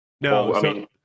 no